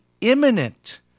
imminent